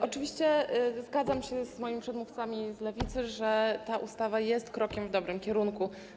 Oczywiście zgadzam się z moimi przedmówcami z Lewicy - ta ustawa jest krokiem w dobrym kierunku.